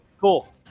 Cool